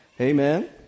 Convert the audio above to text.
Amen